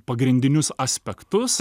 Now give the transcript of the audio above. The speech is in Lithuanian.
pagrindinius aspektus